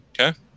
Okay